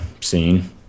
scene